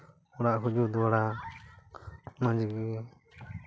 ᱚᱲᱟᱜ ᱠᱚ ᱡᱩᱛ ᱵᱟᱲᱟ ᱢᱚᱡᱽ ᱜᱮ